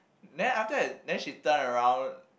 then after and then she turn around